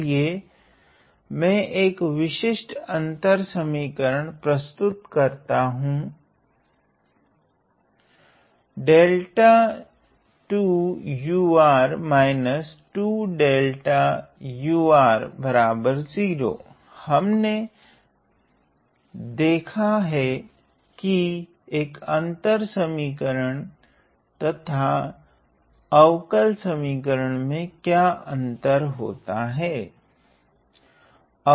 चलिए मैं एक विशिष्ट अंतर समीकरण प्रस्तुत करता हूँ हमने देखा है की एक अंतर समीकरण तथा अवकल समीकरण में क्या अंतर होता हा